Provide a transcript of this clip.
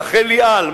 רחל ליאל,